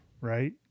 right